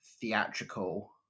theatrical